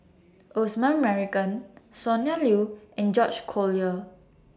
Osman Merican Sonny Liew and George Collyer